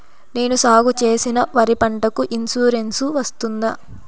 నేను సాగు చేసిన వరి పంటకు ఇన్సూరెన్సు వస్తుందా?